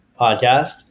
podcast